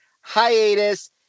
hiatus